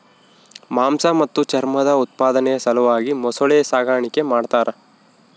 ಮಾಂಸ ಮತ್ತು ಚರ್ಮದ ಉತ್ಪಾದನೆಯ ಸಲುವಾಗಿ ಮೊಸಳೆ ಸಾಗಾಣಿಕೆ ಮಾಡ್ತಾರ